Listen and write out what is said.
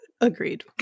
Agreed